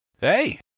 hey